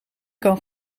kan